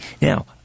Now